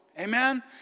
Amen